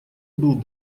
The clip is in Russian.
был